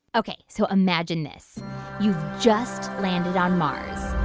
ok, so imagine this you've just landed on mars.